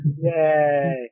Yay